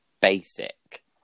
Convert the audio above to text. basic